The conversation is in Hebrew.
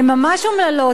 הן ממש אומללות,